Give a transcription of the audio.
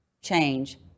change